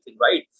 right